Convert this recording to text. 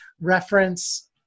reference